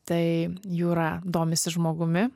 tai jūra domisi žmogumi